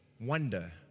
Wonder